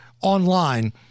online